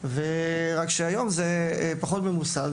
רק שהיום זה פחות ממוסד.